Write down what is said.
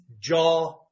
jaw